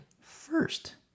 first